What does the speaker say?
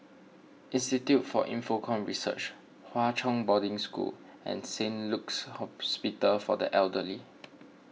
Institute for Infocomm Research Hwa Chong Boarding School and Saint Luke's Hospital for the Elderly